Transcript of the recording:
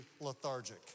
lethargic